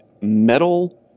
metal